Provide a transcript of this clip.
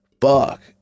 fuck